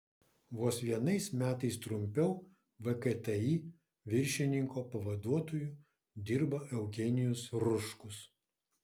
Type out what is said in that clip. vos vienais metais trumpiau vkti viršininko pavaduotoju dirba eugenijus ruškus